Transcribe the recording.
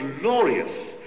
glorious